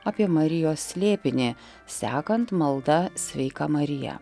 apie marijos slėpinį sekant malda sveika marija